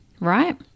right